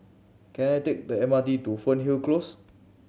can I take the M R T to Fernhill Close